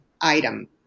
item